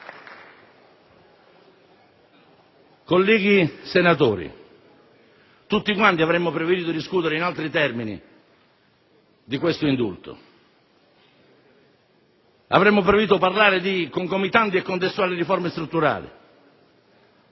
Colleghi senatori, tutti avremmo preferito discutere in altri termini di questo indulto. Avremmo preferito parlare di concomitanti e contestuali riforme strutturali;